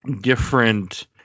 different